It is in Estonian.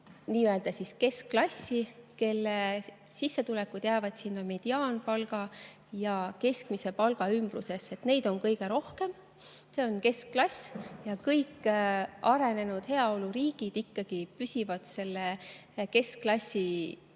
nii-öelda keskklassi, kelle sissetulekud jäävad sinna mediaanpalga ja keskmise palga ümbrusesse. Neid [inimesi] on kõige rohkem, see on keskklass. Kõik arenenud heaoluriigid ikkagi püsivad keskklassi tugevusel.